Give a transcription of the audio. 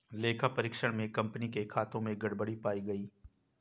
लेखा परीक्षण में कंपनी के खातों में गड़बड़ी पाई गई